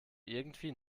irgendwie